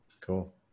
Cool